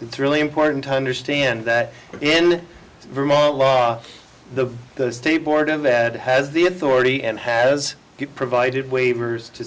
it's really important to understand that in vermont law the state board of ed has the authority and has provided waivers to